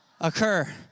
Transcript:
occur